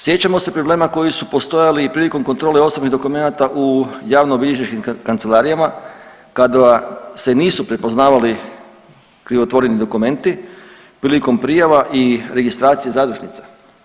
Sjećamo se problema koji su postojali i prilikom kontrole osobnih dokumenata u javnobilježničkim kancelarijama kada se nisu prepoznavali krivotvoreni dokumenti prilikom prijava i registracije zadužnica.